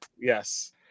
Yes